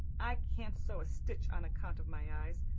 i can't sew a stitch on account of my eyes,